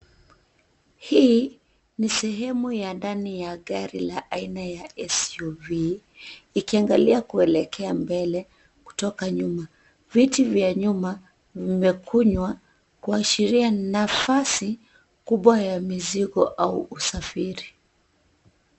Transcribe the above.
Hii ni sehemu ya ndani ya gari la aina ya SUV, ikiangalia kuelekea mbele kutoka nyuma. Viti vya nyuma vimekunywa, kuashiria nafasi kubwa ya mizigo au usafiri.